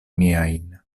miajn